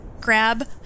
grab